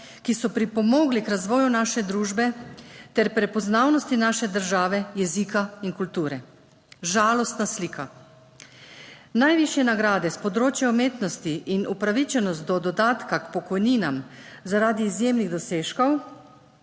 ki so pripomogli k razvoju naše družbe ter prepoznavnosti naše države, jezika in kulture. Žalostna slika. Najvišje nagrade s področja umetnosti in upravičenost do dodatka k pokojninam zaradi izjemnih dosežkov